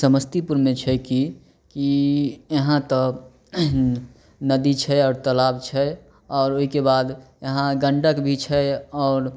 समस्तीपुरमे छै कि कि यहाँ तऽ नदी छै आओर तालाब छै आओर ओहिके बाद यहाँ गण्डक भी छै आओर